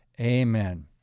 amen